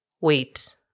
Wait